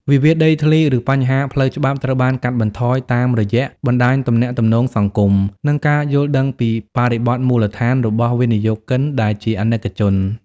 វិវាទដីធ្លី ឬបញ្ហាផ្លូវច្បាប់ត្រូវបានកាត់បន្ថយតាមរយៈ "បណ្ដាញទំនាក់ទំនងសង្គម" និង "ការយល់ដឹងពីបរិបទមូលដ្ឋាន" របស់វិនិយោគិន ដែលជាអនិកជន។